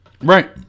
Right